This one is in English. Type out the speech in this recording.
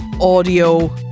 audio